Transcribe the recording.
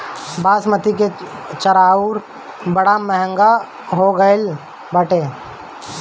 बासमती के चाऊर बड़ा महंग हो गईल बाटे